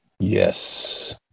Yes